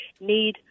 need